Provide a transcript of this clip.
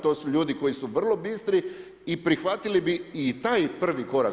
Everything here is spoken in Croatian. To su ljudi koji su vrlo bistri i prihvatili bi i taj prvi korak.